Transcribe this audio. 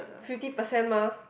fifty percent mah